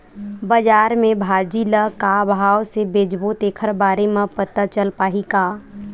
बजार में भाजी ल का भाव से बेचबो तेखर बारे में पता चल पाही का?